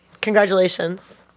Congratulations